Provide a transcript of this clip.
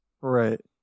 Right